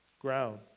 ground